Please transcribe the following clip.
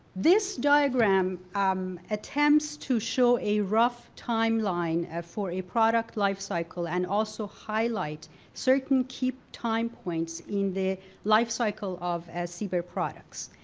this diagram um attempts to show a rough timeline ah for a product life cycle and also highlight certain key time points in the life cycle of cber products.